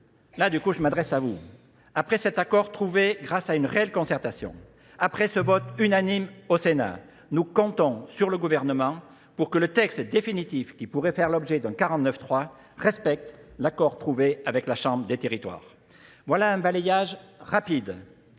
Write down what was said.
Là, du coup, je m'adresse à vous. Après cet accord trouvé grâce à une réelle concertation, après ce vote unanime au Sénat, nous comptons sur le gouvernement pour que le texte définitif qui pourrait faire l'objet d'un 49.3 respecte l'accord trouvé avec la Chambre des territoires. Voilà un balayage rapide